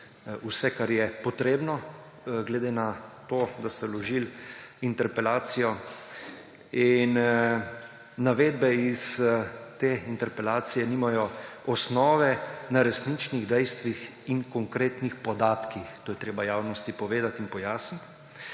vse, kar je potrebno, glede na to, da ste vložili interpelacijo. Navedbe iz te interpelacije nimajo osnove na resničnih dejstvih in konkretnih podatkih, to je treba javnosti povedati in pojasniti.